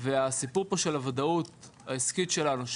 הסיפור של הוודאות העסקית שלנו,